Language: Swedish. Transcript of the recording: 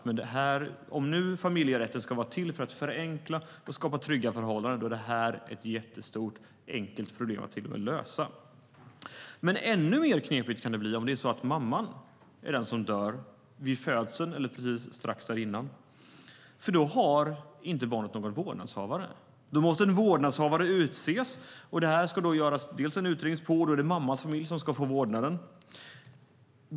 Men om nu familjerätten ska vara till för att förenkla och skapa trygga förhållanden är det här ett jättestort problem som är enkelt att lösa. Ännu knepigare kan det bli om det är så att mamman dör vid födseln eller strax dessförinnan. Då har inte barnet någon vårdnadshavare. Då måste en vårdnadshavare utses, och detta ska det göras en utredning av.